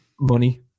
money